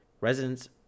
residents